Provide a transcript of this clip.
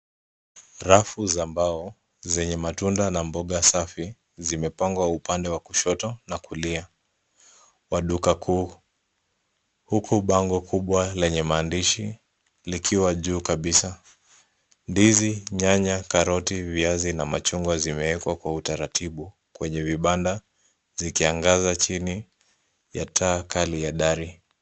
Rafu za mbao zenye matunda na mboga safi zimepangwa upande wa kushoto na kulia wa duka kuu, huku bango kubwa lenye maandishi likiwa juu kabisaa. Ndizi, nyanya, karoti, viazi na machungwa zimewekwa kwa utaratibu kwenye vibanda zikiangaza chini ya taa kali ya dari.